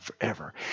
forever